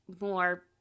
more